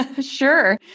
Sure